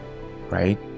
right